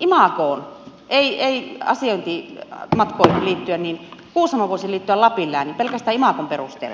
imagoon ei asiointimatkoihin liittyen kuusamo voisi liittyä lapin lääniin pelkästään imagon perusteella